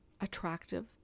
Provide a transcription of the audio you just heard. attractive